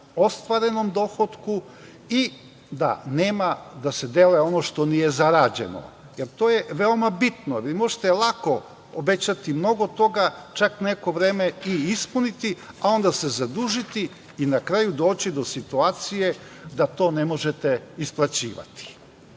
ostvarenom dohotku i da nema da se deli ono što nije zarađeno. To je veoma bitno, vi možete lako obećati mnogo toga, čak neko vreme i ispuniti, a onda se zadužiti i na kraju doći do situacije da to ne možete isplaćivati. Rekao